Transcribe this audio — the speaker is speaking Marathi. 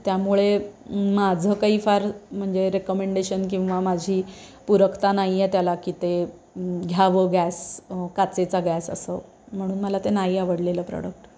त्यामुळे माझं काही फार म्हणजे रेकमेंडेशन किंवा माझी पुरकता नाही आहे त्याला की ते घ्यावं गॅस काचेचा गॅस असं म्हणून मला ते नाही आवडलेलं प्रोडक्ट